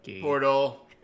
portal